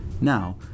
Now